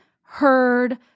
heard